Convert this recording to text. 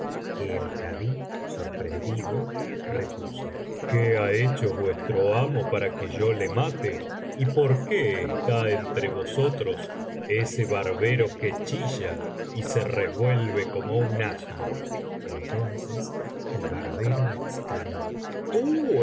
que el kadí sorprendido repuso qué ha hecho vuestro amo para que yo le mate y por qué está entre vosotros ese barbero que chilla y se revuelve como un asno entonces el barbero exclamó tú